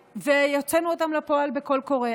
והוצאנו אותן לפועל בקול קורא.